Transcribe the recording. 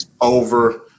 Over